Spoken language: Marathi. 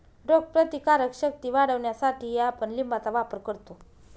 रोगप्रतिकारक शक्ती वाढवण्यासाठीही आपण लिंबाचा वापर करतो